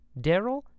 Daryl